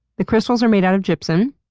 the crystals are made out of gypsum,